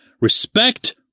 Respect